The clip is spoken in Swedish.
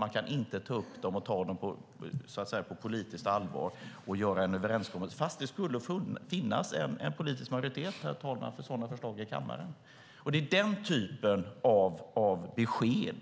Det går inte att ta dem på allvar och göra en överenskommelse fastän det skulle finnas en politisk majoritet, herr talman, för sådana förslag i kammaren. Det är den typen av besked